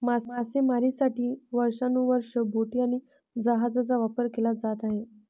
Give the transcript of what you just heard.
मासेमारीसाठी वर्षानुवर्षे बोटी आणि जहाजांचा वापर केला जात आहे